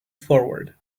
forward